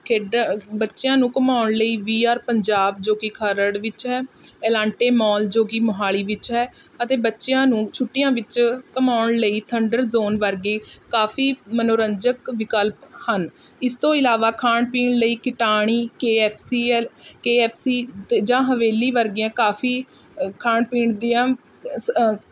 ਖੇਡਾਂ ਬੱਚਿਆਂ ਨੂੰ ਘੁਮਾਉਣ ਲਈ ਵੀ ਆਰ ਪੰਜਾਬ ਜੋ ਕਿ ਖਰੜ ਵਿੱਚ ਹੈ ਐਲਾਂਟੇ ਮਾਲ ਜੋ ਕਿ ਮੋਹਾਲੀ ਵਿੱਚ ਹੈ ਅਤੇ ਬੱਚਿਆਂ ਨੂੰ ਛੁੱਟੀਆਂ ਵਿੱਚ ਘੁੰਮਾਉਣ ਲਈ ਥੰਡਰ ਜ਼ੋਨ ਵਰਗੇ ਕਾਫੀ ਮਨੋਰੰਜਕ ਵਿਕਲਪ ਹਨ ਇਸ ਤੋਂ ਇਲਾਵਾ ਖਾਣ ਪੀਣ ਲਈ ਕਟਾਣੀ ਕੇ ਐਫ ਸੀ ਐੱਲ ਕੇ ਐਫ ਸੀ ਜਾਂ ਹਵੇਲੀ ਵਰਗੀਆਂ ਕਾਫੀ ਖਾਣ ਪੀਣ ਦੀਆਂ ਸ